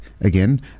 again